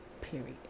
Period